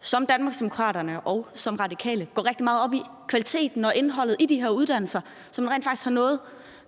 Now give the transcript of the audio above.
som Danmarksdemokraterne og Radikale gør, går rigtig meget op i kvaliteten og indholdet i de her uddannelser, altså det, at man rent faktisk har noget